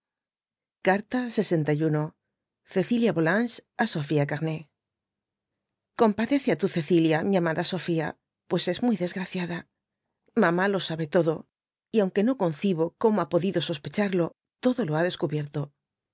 carta lxi cecilia vokmges á sojía camay gomvabecs á tu gecflia mi amada sofía pues es muy desgraciada blamá lo sabe todo y y aun que no concibo como ha podido sospecharlo todo lo ha descubierto